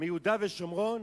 מיהודה ושומרון?